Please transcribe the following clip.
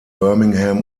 birmingham